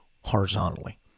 horizontally